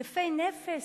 יפי-נפש,